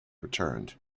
returned